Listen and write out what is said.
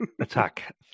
attack